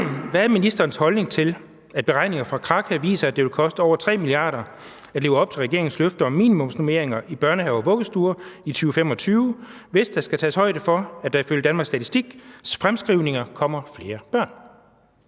Hvad er ministerens holdning til, at beregninger fra Kraka viser, at det vil koste over 3 mia. kr. at leve op til regeringens løfter om minimumsnormeringer i børnehaver og vuggestuer i 2025, hvis der skal tages højde for, at der ifølge Danmarks Statistiks fremskrivninger kommer flere børn?